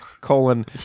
colon